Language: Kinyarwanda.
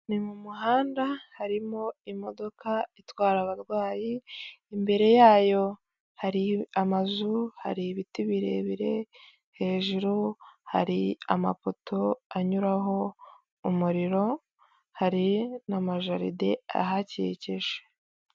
Ni mu muhanda harimo imodoka itwara abarwayi, imbere yayo hari amazu, hari ibiti birebire, hejuru hari amapoto anyuraho umuriro, hari n'amajaride ahakikije.